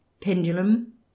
pendulum